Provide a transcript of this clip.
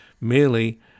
merely